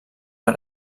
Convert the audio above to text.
per